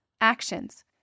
Actions